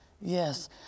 Yes